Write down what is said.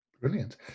Brilliant